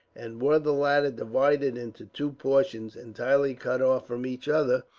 and were the latter divided into two portions, entirely cut off from each other,